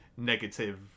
Negative